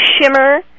shimmer